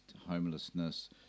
homelessness